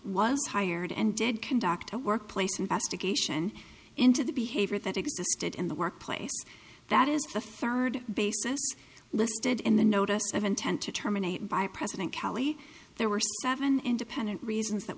was hired and did conduct a workplace investigation into the behavior that existed in the workplace that is the third basis listed in the notice of intent to terminate by president calley there were seven independent reasons that